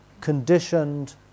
Conditioned